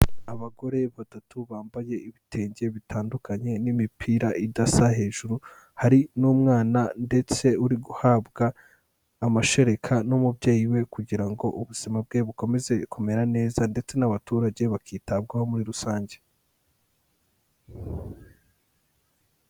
Abagore batatu bambaye ibitenge bitandukanye n'imipira idasa hejuru hari n'umwana ndetse uri guhabwa amashereka n'umubyeyi we kugira ngo ubuzima bwe bukomeze kumera neza, ndetse n'abaturage bakitabwaho muri rusange.